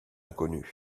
inconnu